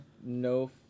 no